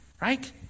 right